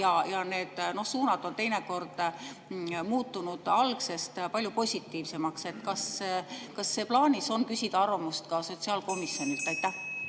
ja suund on teinekord muutunud algsest palju positiivsemaks. Kas on plaanis küsida arvamust ka sotsiaalkomisjonilt?